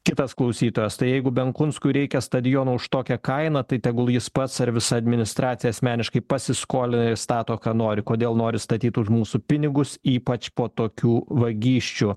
kitas klausytojas tai jeigu benkunskui reikia stadiono už tokią kainą tai tegul jis pats ar visa administracija asmeniškai pasiskolina ir stato ką nori kodėl nori statyt už mūsų pinigus ypač po tokių vagysčių